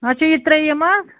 اَچھا یہِ ترٛیٚیِم اکھ